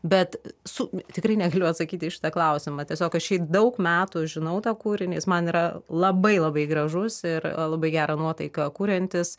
bet su tikrai negaliu atsakyt į šitą klausimą tiesiog aš jį daug metų žinau tą kūrinį jis man yra labai labai gražus ir labai gerą nuotaiką kuriantis